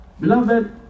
Beloved